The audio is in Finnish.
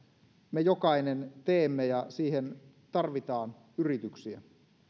me jokainen teemme ja siihen tarvitaan yrityksiä